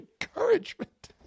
encouragement